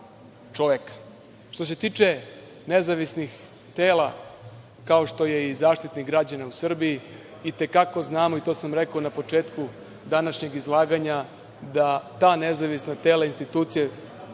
se tiče nezavisnih tela, kao što je i Zaštitnik građana u Srbiji i te kako znamo, i to sam rekao na početku današnjeg izlaganja, da ta nezavisna tela institucije